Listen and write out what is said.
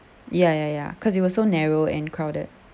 ya ya ya cause it was so narrow and crowded